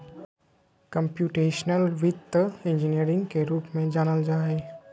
computational वित्त engineering के रूप में जानल जा हइ